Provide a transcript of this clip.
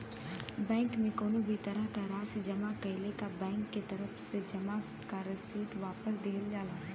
bank में कउनो भी तरह क राशि जमा कइले पर बैंक के तरफ से जमा क रसीद वापस दिहल जाला